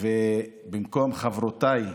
במקום חברותיי,